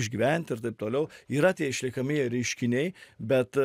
išgyventi ir taip toliau yra tie išliekamieji reiškiniai bet